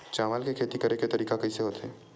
चावल के खेती करेके तरीका कइसे होथे?